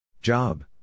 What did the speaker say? Job